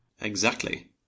Exactly